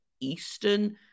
Eastern